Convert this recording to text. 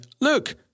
Look